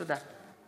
תודה.